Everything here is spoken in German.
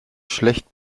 schlecht